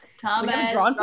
Thomas